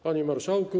Panie Marszałku!